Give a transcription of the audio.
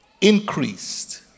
increased